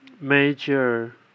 major